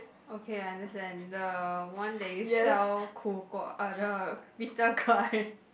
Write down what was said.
okay I understand the one that you sell uh the bitter gourd